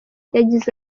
yagize